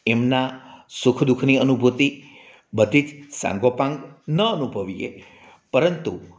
એમના સુખ દુખની અનુભૂતિ બધી જ સાંગો પાંગ ન અનુભવીએ પરંતુ